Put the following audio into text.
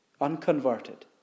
unconverted